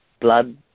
blood